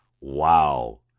Wow